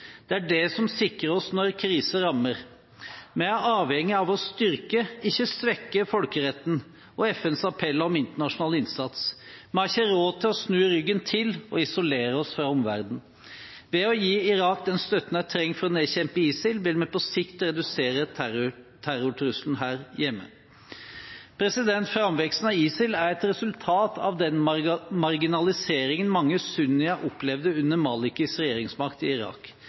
Det er det som sikrer oss når kriser rammer. Vi er avhengige av å styrke, ikke svekke, folkeretten og FNs appell om internasjonal innsats. Vi har ikke råd til å snu ryggen til og isolere oss fra omverdenen. Ved å gi Irak den støtten de trenger for å nedkjempe ISIL, vil vi på sikt redusere terrortrusselen her hjemme. Framveksten av ISIL er et resultat av den marginaliseringen mange sunnier opplevde under al-Malikis regjeringsmakt i Irak.